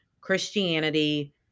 Christianity